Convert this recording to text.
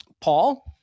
paul